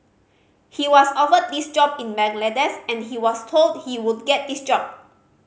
he was offered this job in Bangladesh and he was told he would get this job